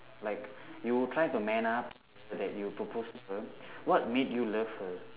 like you would try to man up to her that you propose to her what made you love her